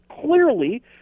clearly